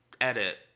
edit